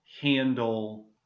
handle